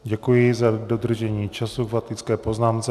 Děkuji za dodržení času k faktické poznámce.